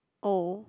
oh